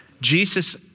Jesus